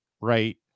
right